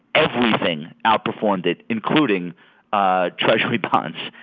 everything outperformed it, including ah treasury bonds,